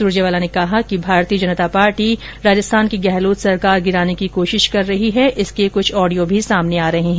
सुरजेवाला ने कहा कि भारतीय जनता पार्टी राजस्थान की गहलोत सरकार गिराने की कोशिश कर रही है इसके कुछ ऑडियो भी सामने आ रहे हैं